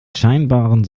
scheinbaren